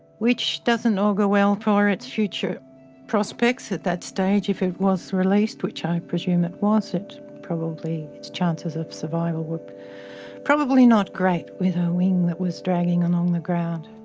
which doesn't augur well for its future prospects at that stage if it was released, which i presume it was. it, probably, its chances of survival were probably not great with a wing that was dragging along the ground.